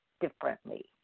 differently